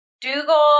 Dougal